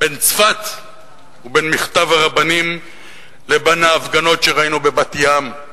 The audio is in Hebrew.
בין צפת ובין מכתב הרבנים לבין ההפגנות שראינו בבת-ים,